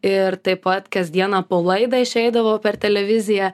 ir taip pat kasdieną po laidą išeidavo per televiziją